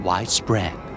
Widespread